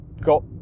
got